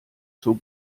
zur